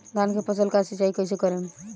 धान के फसल का सिंचाई कैसे करे?